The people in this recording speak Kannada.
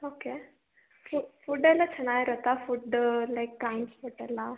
ಓಕೆ ಫುಡ್ ಎಲ್ಲ ಚೆನ್ನಾಗಿರುತ್ತ ಫುಡ್ ಲೈಕ್ ಟ್ರಾನ್ಸ್ಫೋರ್ಟ್ ಎಲ್ಲ